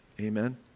amen